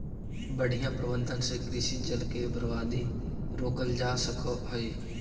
बढ़ियां प्रबंधन से कृषि जल के बर्बादी रोकल जा सकऽ हई